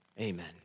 Amen